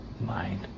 mind